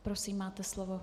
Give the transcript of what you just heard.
Prosím, máte slovo.